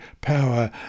power